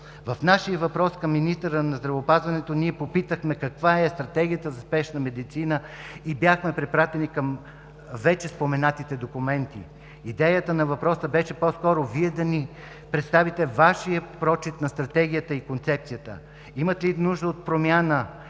В нашия въпрос към министъра на здравеопазването ние попитахме каква е Стратегията за спешна медицина и бяхме препратени към вече споменатите документи. Идеята на въпроса беше по-скоро Вие да ни представите Вашия прочит на Стратегията и Концепцията. Имат ли нужда от промяна,